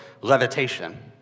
levitation